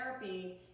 therapy